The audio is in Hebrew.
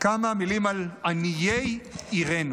-- כמה מילים על עניי עירנו.